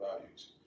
values